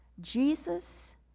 Jesus